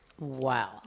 Wow